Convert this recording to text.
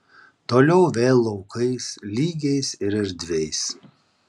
toliau vėl laukais lygiais ir erdviais